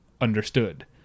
understood